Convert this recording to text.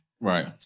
Right